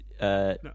no